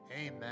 amen